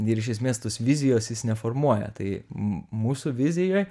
ir iš esmės tos vizijos jis neformuoja tai m mūsų vizijoj